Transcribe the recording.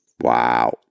Wow